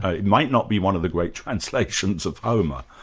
ah it might not be one of the great translations of homer.